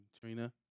Trina